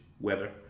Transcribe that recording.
weather